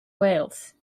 wales